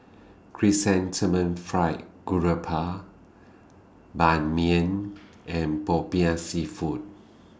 Chrysanthemum Fried Garoupa Ban Mian and Popiah Seafood